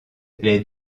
les